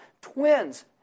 twins